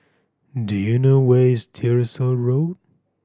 do you know where is Tyersall Road